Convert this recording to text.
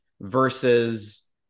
versus